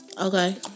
Okay